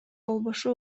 болбошу